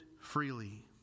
freely